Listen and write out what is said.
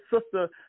Sister